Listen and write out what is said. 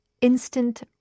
instant